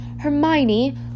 Hermione